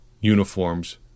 uniforms